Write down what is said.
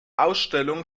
ausstellung